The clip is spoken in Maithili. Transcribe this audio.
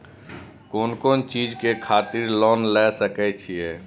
कोन कोन चीज के खातिर लोन ले सके छिए?